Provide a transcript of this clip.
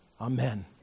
Amen